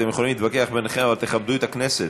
אתם יכולים להתווכח ביניכם אבל תכבדו את הכנסת,